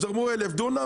אמרו: "1,000 דונם,